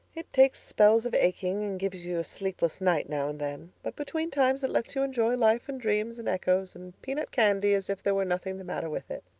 it takes spells of aching and gives you a sleepless night now and then, but between times it lets you enjoy life and dreams and echoes and peanut candy as if there were nothing the matter with it.